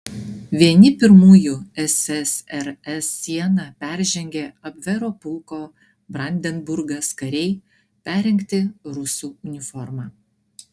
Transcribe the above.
vieni pirmųjų ssrs sieną peržengė abvero pulko brandenburgas kariai perrengti rusų uniforma